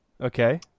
Okay